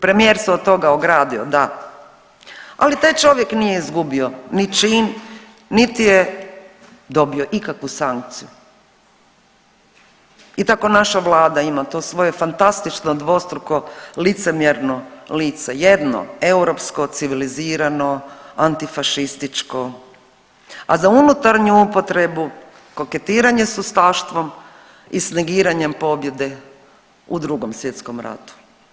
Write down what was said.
Premijer se od toga ogradio da, ali taj čovjek nije izgubio ni čin, niti je dobio ikakvu sankciju i tako naša vlada ima to svoje fantastično dvostruko licemjerno lice, jedno europsko, civilizirano, antifašističko, a za unutarnju upotrebu koketiranje s ustaštvom i s negiranjem pobjede u Drugom svjetskom ratu.